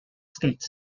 states